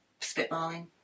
spitballing